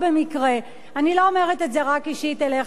אני לא אומרת את זה רק אישית אליך, אדוני סגן השר.